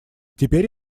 теперь